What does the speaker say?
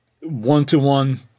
one-to-one